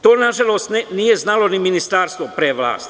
To nažalost nije znalo ni ministarstvo pre vas.